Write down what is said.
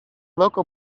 local